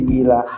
ila